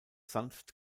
sanft